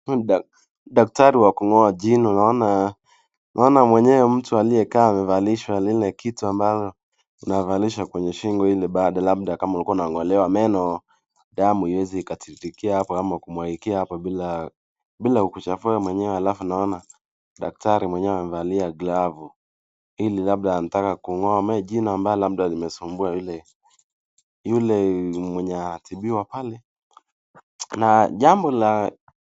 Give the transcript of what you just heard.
Daktari wa kung'oa jino, naona mwenyewe mtu aliye kaa amevalishwa lile kitu ambalo unavalishwa kwenye shingo ili baada labda ulikuwa unang'olewa meno, damu haiwezi ikatililikia hapo ama kumwagikia hapo bila kukuchafua wewe mwenyewe alafu naona daktari mwenyewe amevalia glavu ili labda anataka kung'oa jino amabalo limesumbua yule mwenye anatimbiwa pale. Jambo la